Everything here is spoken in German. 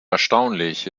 erstaunlich